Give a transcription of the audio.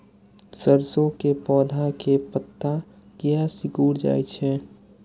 सरसों के पौधा के पत्ता किया सिकुड़ जाय छे?